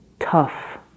tough